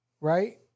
right